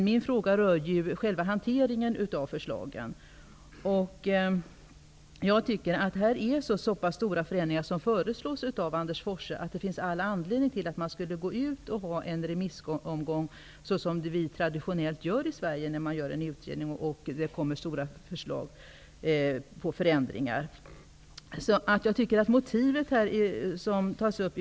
Min fråga rör själva hanteringen av detta. Det rör sig här om så pass stora förändringar som föreslås av Anders Forsse att det finns all anledning att gå ut med en remissomgång, som traditionellt görs i Sverige när stora förslag till förändringar läggs fram av en utredning.